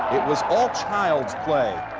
it was all smiles play,